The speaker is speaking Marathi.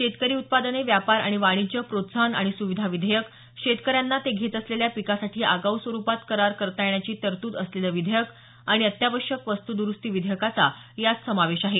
शेतकरी उत्पादने व्यापार आणि वाणिज्य प्रोत्साहन आणि सुविधा विधेयक शेतकऱ्यांना ते घेत असलेल्या पिकासाठी आगाऊ स्वरुपात करार करता येण्याची तरतूद असलेलं विधेयकं आणि अत्यावश्यक वस्तू दुरुस्ती विधेयकाचा यात समावेश आहे